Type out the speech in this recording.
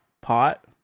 pot